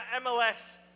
MLS